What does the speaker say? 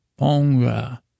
Ponga